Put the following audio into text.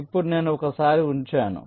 ఇప్పుడు నేను ఒకసారి ఉంచాను